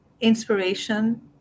inspiration